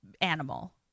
animal